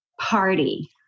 party